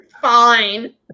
fine